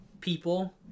people